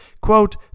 quote